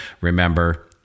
remember